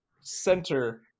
center